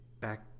Back